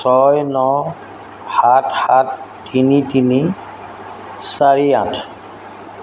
ছয় ন সাত সাত তিনি তিনি চাৰি আঠ